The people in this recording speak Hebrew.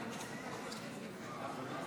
נגד.